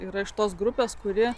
yra iš tos grupės kuri